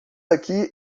aqui